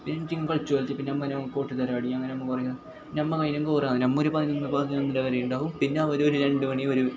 നമ്മൾ ഐനെങ്ക് ഒറ അ നമ്മൾ ഒരു പതിനൊന്ന് പതിനൊന്നര വരെ ഉണ്ടാകും പിന്നവരൊരു രണ്ടു മണി ഒരു